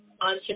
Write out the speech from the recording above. on